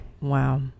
Wow